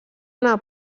una